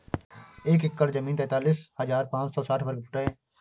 एक एकड़ जमीन तैंतालीस हजार पांच सौ साठ वर्ग फुट है